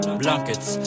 blankets